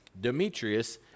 Demetrius